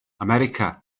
america